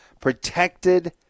protected